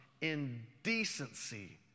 indecency